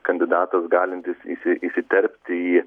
kandidatas galintis įsi įsiterpti į